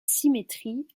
symétrie